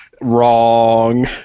Wrong